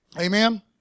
Amen